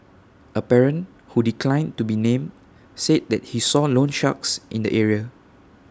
A parent who declined to be named said that he saw loansharks in the area